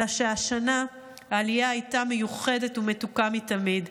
אלא שהשנה העלייה הייתה מיוחדת ומתוקה מתמיד.